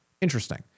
Interesting